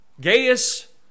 Gaius